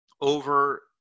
over